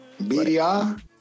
BDR